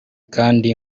kandi